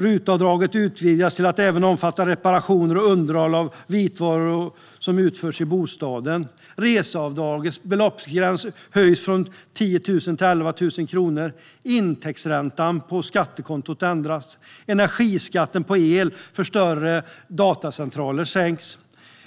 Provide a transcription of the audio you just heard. RUT-avdraget utvidgas till att även omfatta reparation och underhåll av vitvaror som utförs i bostaden. Reseavdragets beloppsgräns höjs från 10 000 kronor till 11 000 kronor. Intäktsräntan på skattekontot ändras. Energiskatten på el för större datacenter sänks.